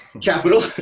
capital